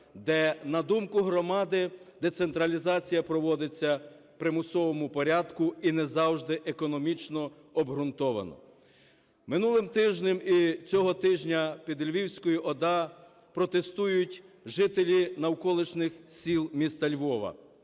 де, на думку громади, децентралізація проводиться у примусовому порядку і не завжди економічно обґрунтовано. Минулим тижнем і цього тижня під Львівською ОДА протестують жителі навколишніх сіл міста Львова.